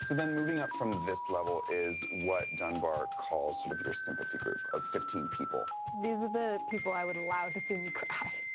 then, moving up from this level is what dunbar calls sort of your sympathy group of fifteen people. these ah people i would allow to see me cry.